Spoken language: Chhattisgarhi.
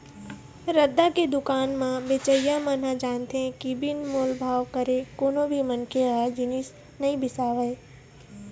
रद्दा के दुकान म बेचइया मन ह जानथे के बिन मोल भाव करे कोनो भी मनखे ह जिनिस नइ बिसावय